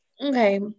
Okay